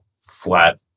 flat